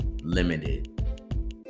limited